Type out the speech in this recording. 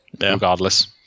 regardless